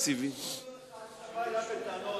אתה בא אליו בטענות.